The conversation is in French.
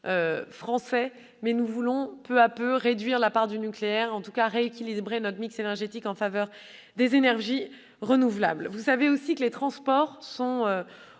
Français, mais nous voulons peu à peu réduire sa part, ou en tout cas rééquilibrer notre mix énergétique en faveur des énergies renouvelables. Les transports sont